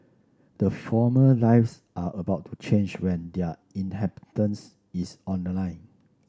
the former lives are about to change when their is on the line